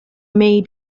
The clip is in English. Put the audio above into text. may